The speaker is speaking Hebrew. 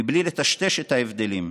מבלי לטשטש את ההבדלים,